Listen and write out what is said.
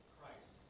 Christ